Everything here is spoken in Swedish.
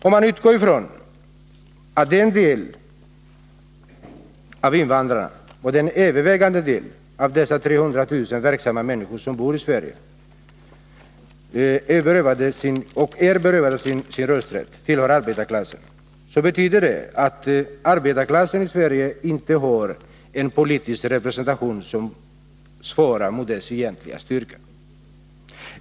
Om man utgår ifrån att den helt övervägande delen av dessa 300 000 verksamma människor som i Sverige är berövade sin rösträtt tillhör Nr 29 arbetarklassen, så betyder det att arbetarklassen i Sverige inte har en politisk Onsdagen den representation som svarar mot dess egentliga styrka.